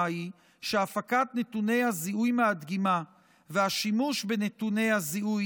היא שהפקת נתוני הזיהוי מהדגימה והשימוש בנתוני הזיהוי,